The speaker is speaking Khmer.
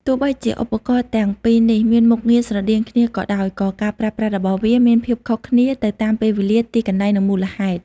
ទោះបីជាឧបករណ៍ទាំងពីរនេះមានមុខងារស្រដៀងគ្នាក៏ដោយ ក៏ការប្រើប្រាស់របស់វាមានភាពខុសគ្នាទៅតាមពេលវេលា ទីកន្លែង និងមូលហេតុ។